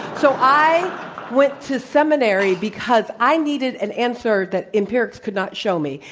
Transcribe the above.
so i went to seminary because i needed an answer that empirics could not show me,